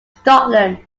scotland